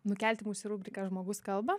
nukelti mus į rubriką žmogus kalba